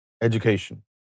education